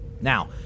Now